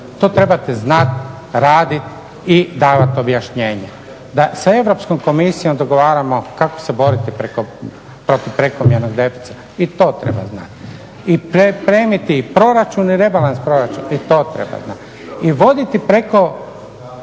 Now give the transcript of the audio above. To trebate znati raditi i davati objašnjenje, da sa Europskom komisijom dogovaramo kako se boriti protiv prekomjernog deficita, i to treba znati. I pripremiti i proračun i rebalans proračuna i to treba znati, i voditi preko